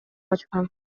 ачкан